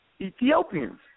Ethiopians